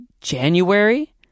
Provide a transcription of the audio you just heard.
January